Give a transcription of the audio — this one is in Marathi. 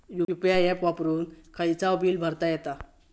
यु.पी.आय ऍप वापरून खायचाव बील भरता येता